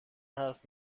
حرف